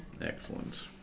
Excellent